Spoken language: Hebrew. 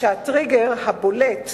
שהטריגר הבולט,